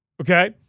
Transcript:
Okay